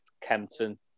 Kempton